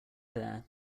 there